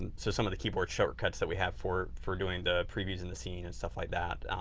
and so some of the keyboard shortcuts that we have for for doing the previews in the scene and stuff like that